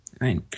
right